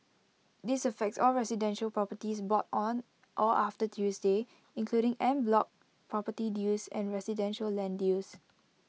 this affects all residential properties bought on or after Tuesday including en bloc property deals and residential land deals